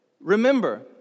Remember